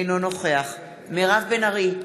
אינו נוכח מירב בן ארי,